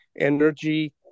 energy